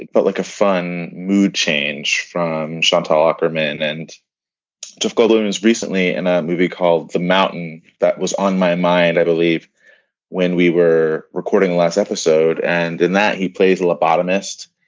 it felt but like a fun mood change from shantel aquaman and jeff goldblum as recently in a movie called the mountain that was on my mind i believe when we were recording last episode and in that he plays a la botanist.